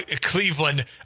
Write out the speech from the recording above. Cleveland